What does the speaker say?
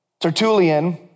Tertullian